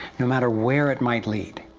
no matter where it might lead.